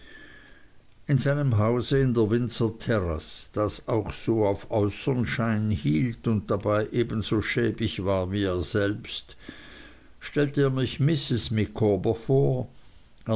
in seinem hause in der windsor terrasse das auch so auf äußern schein hielt und dabei ebenso schäbig war wie er selbst stellte er mich mrs micawber vor